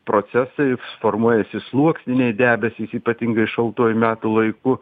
procesai formuojasi sluoksniniai debesys ypatingai šaltuoju metų laiku